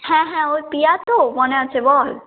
হ্যাঁ হ্যাঁ ওই প্রিয়া তো মনে আছে বল